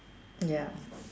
ya